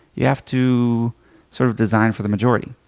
you have to sort of design for the majority,